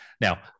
now